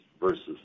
versus